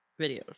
videos